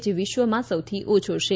જે વિશ્વમાં સૌથી ઓછો છે